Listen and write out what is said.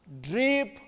drip